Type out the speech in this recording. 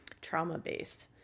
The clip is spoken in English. trauma-based